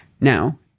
Now